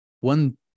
one